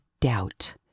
doubt